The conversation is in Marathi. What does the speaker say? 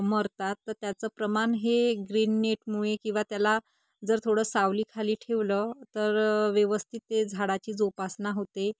मरतात तर त्याचं प्रमाण हे ग्रीन नेटमुळे किंवा त्याला जर थोडं सावलीखाली ठेवलं तर व्यवस्थित ते झाडाची जोपासना होते